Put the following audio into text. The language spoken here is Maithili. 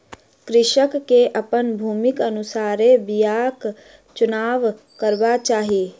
कृषक के अपन भूमिक अनुसारे बीयाक चुनाव करबाक चाही